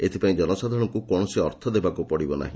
ଏଥିପାଇ ଜନସାଧାରଣଙ୍କ କୌଣସି ଅର୍ଥ ଦେବାକୁ ପଡ଼ିବ ନାହି